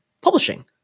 publishing